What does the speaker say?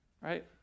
right